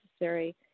necessary